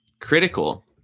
critical